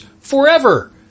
forever